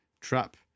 trap